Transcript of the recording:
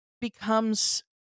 becomes